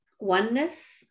oneness